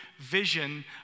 vision